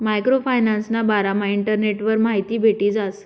micro फायनान्सना बारामा इंटरनेटवर माहिती भेटी जास